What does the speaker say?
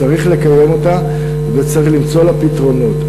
צריך לקיים אותה, וצריך למצוא לה פתרונות.